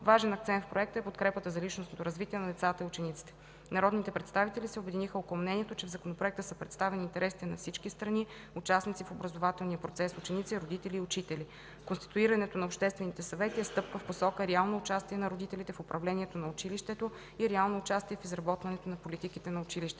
Важен акцент в проекта е подкрепата за личностното развитие на децата и учениците. Народните представители се обединиха около мнението, че в Законопроекта са представени интересите на всички страни, участници в образователния процес – ученици, родители и учители. Конституирането на обществените съвети е стъпка в посока реално участие на родителите в управлението на училището и реално участие в изработването на политиките на училището.